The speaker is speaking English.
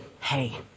hey